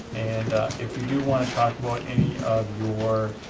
and if you do want to talk about any of your